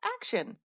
action